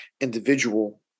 individual